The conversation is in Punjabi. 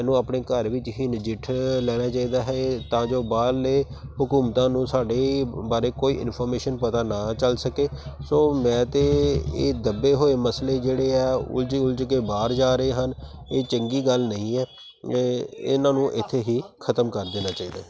ਇਹਨੂੰ ਆਪਣੇ ਘਰ ਵਿੱਚ ਹੀ ਨਜਿੱਠ ਲੈਣਾ ਚਾਹੀਦਾ ਹੈ ਤਾਂ ਜੋ ਬਾਹਰਲੇ ਹਕੂਮਤਾਂ ਨੂੰ ਸਾਡੇ ਬਾਰੇ ਕੋਈ ਇਨਫੋਰਮੇਸ਼ਨ ਪਤਾ ਨਾ ਚੱਲ ਸਕੇ ਸੋ ਮੈਂ ਤਾਂ ਇਹ ਦੱਬੇ ਹੋਏ ਮਸਲੇ ਜਿਹੜੇ ਆ ਉਲਝ ਉਲਝ ਕੇ ਬਾਹਰ ਜਾ ਰਹੇ ਹਨ ਇਹ ਚੰਗੀ ਗੱਲ ਨਹੀਂ ਹੈ ਇਹਨਾਂ ਨੂੰ ਇੱਥੇ ਹੀ ਖਤਮ ਕਰ ਦੇਣਾ ਚਾਹੀਦਾ ਹੈ